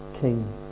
King